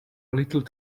little